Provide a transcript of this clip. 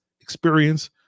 experience